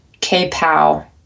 K-Pow